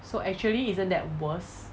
so actually isn't that worse